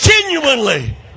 genuinely